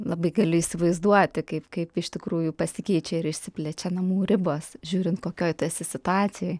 labai galiu įsivaizduoti kaip kaip iš tikrųjų pasikeičia ir išsiplečia namų ribos žiūrint kokioj tu esu situacijoj